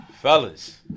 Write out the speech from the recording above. Fellas